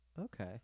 okay